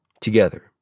together